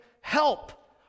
help